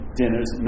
dinners